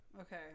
okay